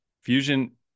fusion